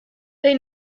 they